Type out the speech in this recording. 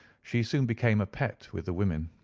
she soon became a pet with the women,